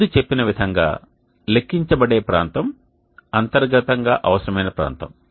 ముందు చెప్పిన విధంగా లెక్కించబడే ప్రాంతం అంతర్గతంగా అవసరమైన ప్రాంతం